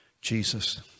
Jesus